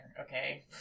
okay